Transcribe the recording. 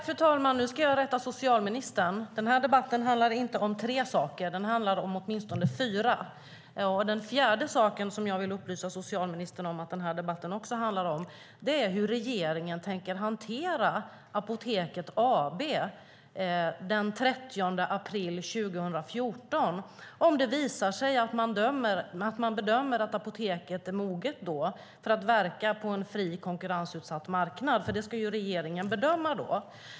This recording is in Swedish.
Fru talman! Nu ska jag rätta socialministern. Den här debatten handlar inte om tre saker. Den handlar om åtminstone fyra. Den fjärde saken, som jag vill upplysa socialministern om att den här debatten också handlar om, är hur regeringen tänker hantera Apoteket AB den 30 april 2014 om det visar sig att man bedömer att apoteket är moget för att verka på en fri konkurrensutsatt marknad. Det ska ju regeringen bedöma då.